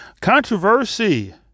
Controversy